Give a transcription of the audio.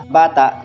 bata